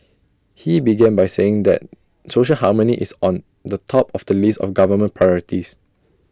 he began by saying that social harmony is on the top of the list of government priorities